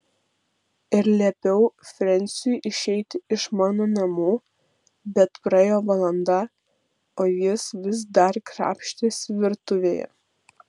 ir liepiau frensiui išeiti iš mano namų bet praėjo valanda o jis vis dar krapštėsi virtuvėje